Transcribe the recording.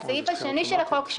הסעיף השני של החוק,